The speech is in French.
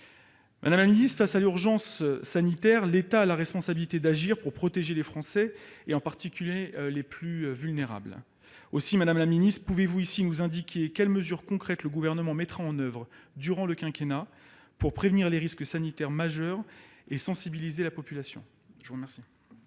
Madame la ministre, face à l'urgence sanitaire, l'État a la responsabilité d'agir pour protéger les Français, les plus vulnérables en particulier. Aussi, pouvez-vous ici nous indiquer quelles mesures concrètes le Gouvernement mettra en oeuvre durant le quinquennat pour prévenir les risques sanitaires majeurs et sensibiliser la population ? La parole